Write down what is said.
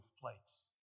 plates